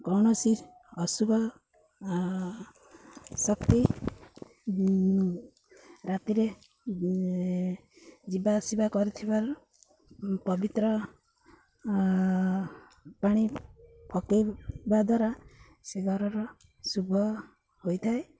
କୌଣସି ଅଶୁଭ ଶକ୍ତି ରାତିରେ ଯିବା ଆସିବା କରିଥିବାରୁ ପବିତ୍ର ପାଣି ପକାଇବା ଦ୍ୱାରା ସେ ଘରର ଶୁଭ ହୋଇଥାଏ